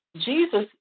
Jesus